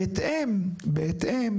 בהתאם